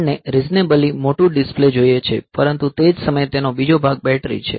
આપણને રીઝનેબલી મોટું ડિસ્પ્લે જોઈએ છે પરંતુ તે જ સમયે તેનો બીજો ભાગ બેટરી છે